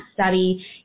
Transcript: study